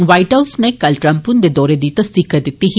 white House नै कल Trump हुंदे दौरे दी तसदीक करी दित्ती ही